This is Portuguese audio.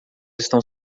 estão